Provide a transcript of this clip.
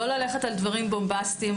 לא ללכת על דברים בומבסטיים.